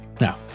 Now